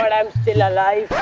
i am still alive